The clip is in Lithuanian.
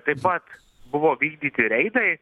taip pat buvo vykdyti reidai